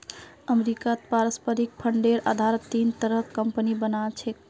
अमरीकात पारस्परिक फंडेर आधारत तीन तरहर कम्पनि बना छेक